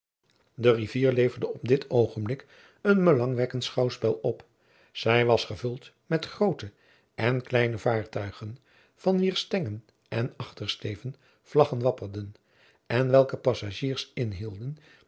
de rivier leverde op dit oogenblik een belangwekkend schouwspel op zij was gevuld met groote en kleine vaartuigen van wier stengen en achtersteven vlaggen wapperden en welke passagiers in